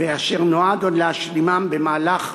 ואשר עוד נותר להשלימן במהלך